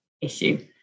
issue